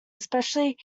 especially